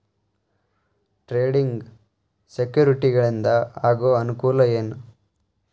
trading ಸೆಕ್ಯುರಿಟಿಗಳಿಂದ ಆಗೋ ಅನುಕೂಲ ಏನ